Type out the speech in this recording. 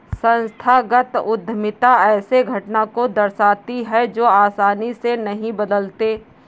संस्थागत उद्यमिता ऐसे घटना को दर्शाती है जो आसानी से नहीं बदलते